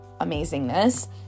amazingness